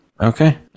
Okay